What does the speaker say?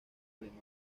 alemán